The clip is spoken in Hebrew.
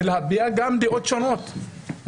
להביע גם דעות שונות.